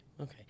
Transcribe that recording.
okay